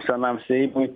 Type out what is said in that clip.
senam seimui